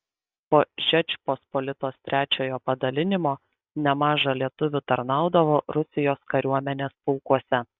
po žečpospolitos trečiojo padalinimo nemaža lietuvių tarnaudavo rusijos kariuomenės pulkuose